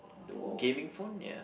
the gaming phone ya